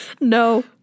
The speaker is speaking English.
No